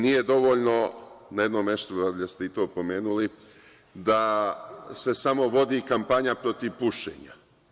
Nije dovoljno na jednom mestu, valjda ste i to pomenuli, da se samo vodi kampanja protiv pušenja.